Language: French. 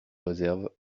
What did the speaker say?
réserve